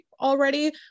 already